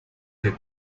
the